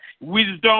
Wisdom